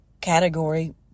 category